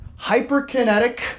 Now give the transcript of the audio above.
Hyperkinetic